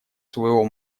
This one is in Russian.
своего